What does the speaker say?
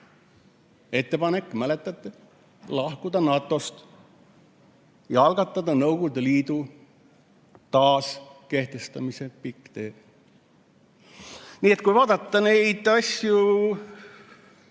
ettepanek, mäletate, lahkuda NATO-st ja algatada Nõukogude Liidu taaskehtestamise pikk tee. Nii et kui vaadata neid asju